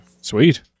sweet